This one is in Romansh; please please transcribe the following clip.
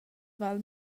val